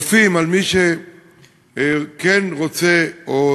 כופים על מי שכן רוצה לעבוד בשבת,